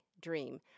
dream